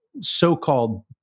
so-called